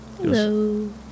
Hello